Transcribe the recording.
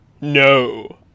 No